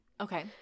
Okay